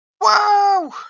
Wow